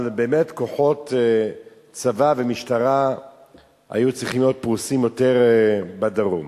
אבל באמת כוחות צבא ומשטרה היו צריכים להיות פרוסים יותר בדרום.